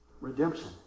Redemption